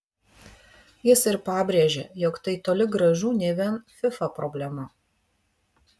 jis ir pabrėžė jog tai toli gražu ne vien fifa problema